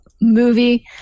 movie